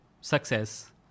success